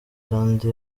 kandi